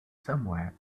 somewhere